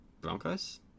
Broncos